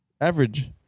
Average